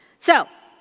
so,